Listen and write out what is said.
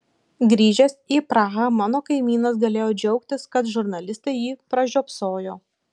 grįžęs į prahą mano kaimynas galėjo džiaugtis kad žurnalistai jį pražiopsojo